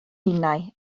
ninnau